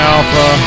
Alpha